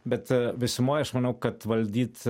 bet a visumoj aš manau kad valdyt